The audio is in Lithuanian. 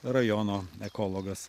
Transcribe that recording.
rajono ekologas